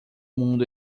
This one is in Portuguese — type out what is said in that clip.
mundo